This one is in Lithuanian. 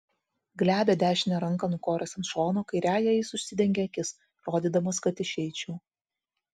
glebią dešinę ranką nukoręs ant šono kairiąja jis užsidengė akis rodydamas kad išeičiau